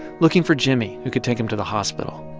looking for jimmie, who could take him to the hospital.